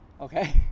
Okay